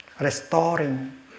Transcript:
Restoring